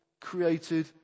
created